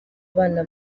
abana